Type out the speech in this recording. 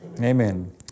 Amen